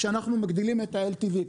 כשאנחנו מגדילים את ה-LTV,